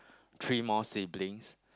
three more siblings